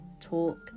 talk